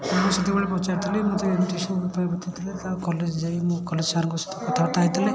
ମୁଁ ସେତେବେଳେ ପଚାରିଥିଲି ମୋତେ ଏମତି ସବୁ ଉପାୟ ବତେଇଥିଲେ ତାଙ୍କ କଲେଜ ଯାଇ ମୋ କଲେଜ ସାର୍ଙ୍କ ସହିତ କଥାବାର୍ତ୍ତା ହେଇଥିଲେ